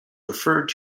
referred